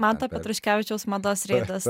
manto petruškevičiaus mados reidas